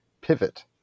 pivot